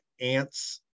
ants